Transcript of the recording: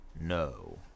No